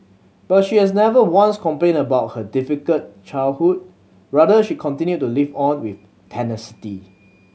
but she has never once complained about her difficult childhood rather she continued to live on with tenacity